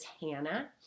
Hannah